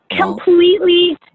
Completely